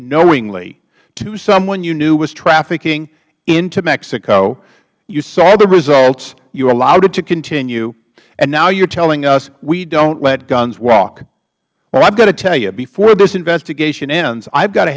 knowingly to someone you knew was trafficking into mexico you saw the results you allowed it to continue and now you're telling us we don't let guns walk well i've got to tell you before this investigation ends i've got to